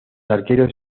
arqueros